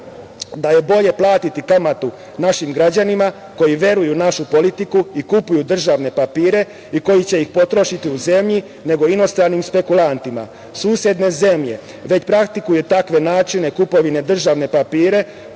da je bolje platiti kamatu našim građanima koji veruju u našu politiku i kupuju državne papire i koji će ih potrošiti u zemlji, nego inostranim spekulantima. Susedne zemlje već praktikuju takve načine kupovine državne papire